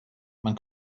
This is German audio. man